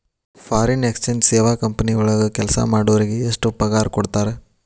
Foreign exchange ಸೇವಾ company ವಳಗ್ ಕೆಲ್ಸಾ ಮಾಡೊರಿಗೆ ಎಷ್ಟ್ ಪಗಾರಾ ಕೊಡ್ತಾರ?